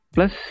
Plus